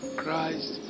christ